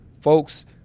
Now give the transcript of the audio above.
folks